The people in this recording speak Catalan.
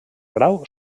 grau